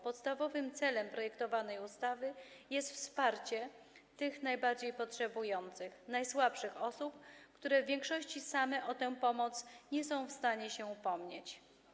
Podstawowym celem projektowanej ustawy jest wsparcie tych najbardziej potrzebujących, najsłabszych osób, które w większości same o tę pomoc nie są w stanie się upomnieć.